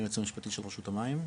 אני היועץ המשפטי של רשות המים,